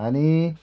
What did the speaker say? आनी